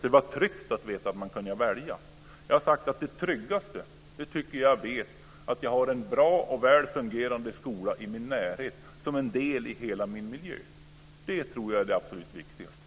Det var tryggt att veta att man kunde välja. Det tryggaste är när jag vet att jag har en bra och väl fungerande skola i min närhet som en del i hela min miljö. Det tror jag är det absolut viktigaste.